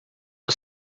for